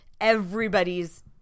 everybody's –